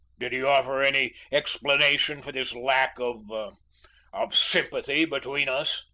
did he offer any explanation for this lack of of sympathy between us?